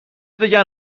بگن